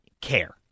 care